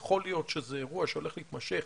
יכול להיות שזה אירוע שהולך להתמשך